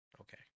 Okay